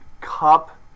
Cup